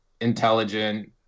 intelligent